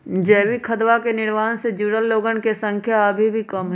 जैविक खदवा के निर्माण से जुड़ल लोगन के संख्या अभी भी कम हई